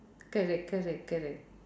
correct correct correct